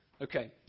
Okay